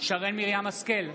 שרן מרים השכל,